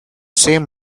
same